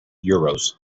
euros